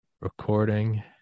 recording